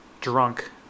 drunk